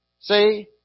See